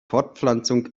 fortpflanzung